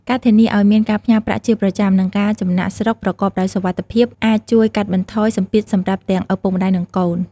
ការធានាឱ្យមានការផ្ញើប្រាក់ជាប្រចាំ និងការចំណាកស្រុកប្រកបដោយសុវត្ថិភាពអាចជួយកាត់បន្ថយសម្ពាធសម្រាប់ទាំងឪពុកម្តាយនិងកូន។